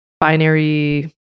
binary